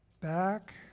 Back